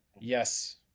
Yes